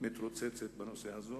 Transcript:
בנושא הזה,